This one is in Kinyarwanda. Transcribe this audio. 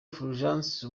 fulgence